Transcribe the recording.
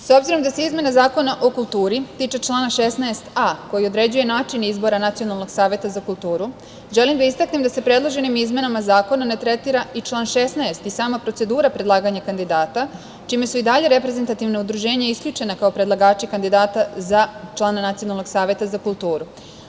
S obzirom da se izmena Zakona o kulturi tiče člana 16a, koji određuje način izbora Nacionalnog saveta za kulturu, želim da istaknem da se predloženim izmenama zakona ne tretira i član 16. i sama procedura predlaganja kandidata, čime su i dalje reprezentativna udruženja isključena kao predlagači kandidata za člana Nacionalnog saveta za kulturu.